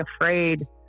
afraid